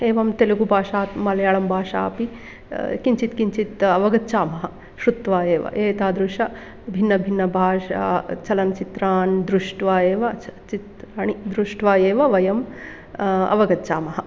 एवं तेलुगुभाषा मलयालम्भाषा अपि किञ्चित् किञ्चित् अवगच्छामः श्रुत्वा एव एतादृश भिन्न भिन्न भाषा चलनचित्रान् दृष्ट्वा एव च चित्राणि दृष्ट्वा एव वयम् अवगच्छामः